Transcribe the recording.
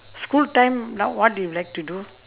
school time wh~ what do you like to do